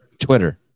Twitter